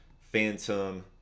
Phantom